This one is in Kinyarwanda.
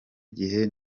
gihe